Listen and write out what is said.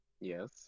Yes